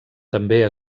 també